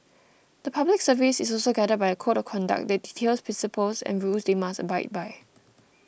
the Public Service is also guided by a code of conduct that details principles and rules they must abide by